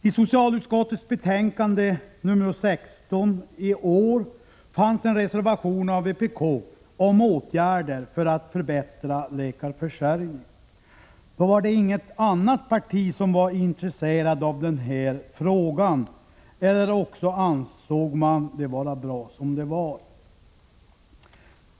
I socialutskottets betänkande nr 16 från förra riksmötet fanns en reservation av vpk med förslag till åtgärder för att förbättra läkarförsörjningen. Då var inget annat parti intresserat av den frågan eller också ansåg man att situationen var bra som den var.